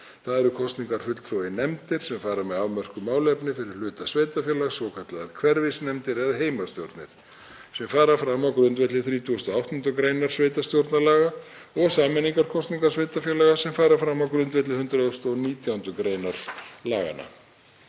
Það eru kosningar fulltrúa í nefndir sem fara með afmörkuð málefni fyrir hluta sveitarfélags, svokallaðar hverfisnefndir eða heimastjórnir, sem fara fram á grundvelli 38. gr. sveitarstjórnarlaga, og sameiningarkosningar sveitarfélaga sem fara fram á grundvelli 119. gr. laganna.